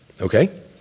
Okay